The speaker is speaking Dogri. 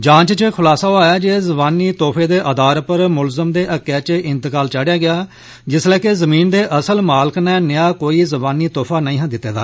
जांच च खुलासा होआ ऐ जे जवानी तोहफे दे आधार पर मुलजम दे हक्क च इंतकाल चाढ़ेआ गेआ जिसलै के जमीन दे असल मालिक नै नेआ कोई जवानी तोहफा नेई हा दित्ते दा